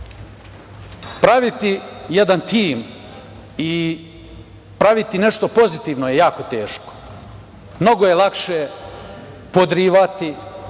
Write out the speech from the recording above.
jedan tim i praviti nešto pozitivno je jako teško. Mnogo je lakše podrivati,